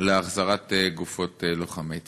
להחזרת גופות לוחמי צה"ל?